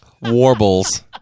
Warbles